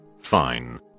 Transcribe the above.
fine